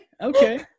okay